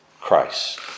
Christ